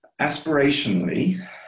Aspirationally